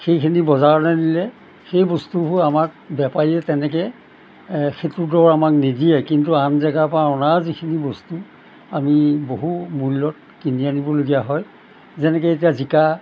সেইখিনি বজাৰলৈ নিলে সেই বস্তুবোৰ আমাক বেপাৰীয়ে তেনেকৈ সেইটো দৰ আমাক নিদিয়ে কিন্তু আন জেগাৰ পৰা অনা যিখিনি বস্তু আমি বহু মূল্যত কিনি আনিবলগীয়া হয় যেনেকৈ এতিয়া জিকা